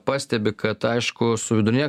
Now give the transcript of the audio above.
pastebi kad aišku su vidurine